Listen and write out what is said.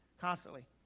constantly